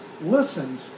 listened